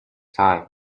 time